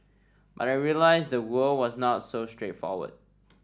but I realised the world was not so straightforward